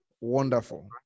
wonderful